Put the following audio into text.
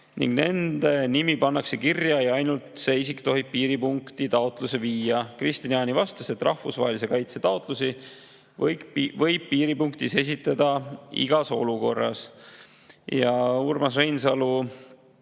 ning nende nimed pannakse kirja ja ainult need isikud tohivad piiripunkti taotluse viia. Kristian Jaani vastas, et rahvusvahelise kaitse taotlusi võib piiripunktis esitada igas olukorras. Urmas Reinsalu